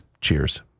cheers